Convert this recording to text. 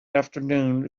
afternoon